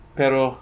pero